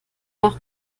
nach